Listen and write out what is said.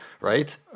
right